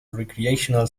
recreational